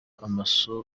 amaso